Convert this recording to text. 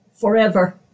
forever